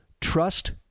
trust